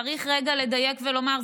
צריך רגע לדייק ולומר,